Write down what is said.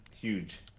huge